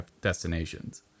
destinations